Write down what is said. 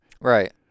Right